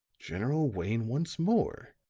general wayne once more!